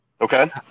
Okay